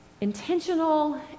Intentional